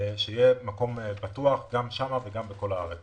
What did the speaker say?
שיהיה מקום בטוח גם שם וגם בכל הארץ.